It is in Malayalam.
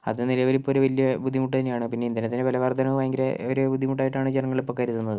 അത് നിലവില് ഇപ്പോൾ വലിയ ബുദ്ധിമുട്ട് തന്നെയാണ് പിന്നെ ഇന്ധനത്തിൻ്റെ വില വർദ്ധനവ് ഭയങ്കര ഒരു ബുദ്ധിമുട്ട് ആയിട്ടാണ് ജനങ്ങൾ ഇപ്പോൾ കരുതുന്നത്